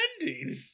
ending